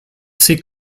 s’est